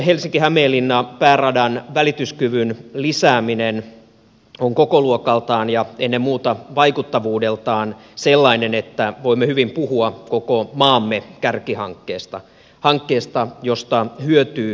tämä helsinkihämeenlinna pääradan välityskyvyn lisääminen on kokoluokaltaan ja ennen muuta vaikuttavuudeltaan sellainen hanke että voimme hyvin puhua koko maamme kärkihankkeesta hankkeesta josta hyötyvät kaikki